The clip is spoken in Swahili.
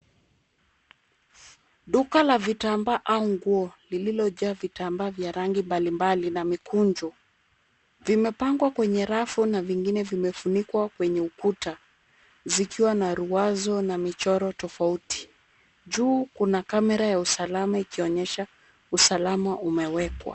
Duka la vitambaa au nguo lililojaa vitambaa vya rangi mbalimbali na mikunjo vimepangwa kwenye rafu na vingine vimefunikwa kwenye ukuta zikiwa na ruwazo na michoro tofauti. Juu kuna kamera ya usalama ikionyesha usalama umewekwa.